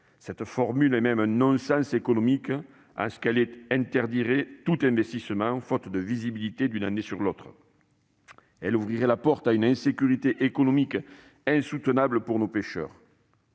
Cette formule est même un non-sens économique, en ce qu'elle interdirait tout investissement, faute de visibilité d'une année sur l'autre. Elle ouvrirait la porte à une insécurité économique insoutenable pour nos pêcheurs.